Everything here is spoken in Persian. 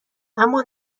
اما